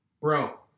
Bro